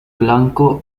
blanco